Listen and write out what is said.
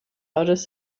others